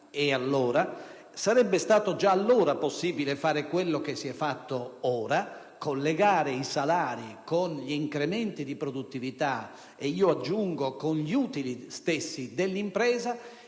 Pertanto, sarebbe stato già allora possibile fare quello che si è fatto ora, cioè collegare i salari con gli incrementi di produttività e - io aggiungo - con gli utili stessi dell'impresa,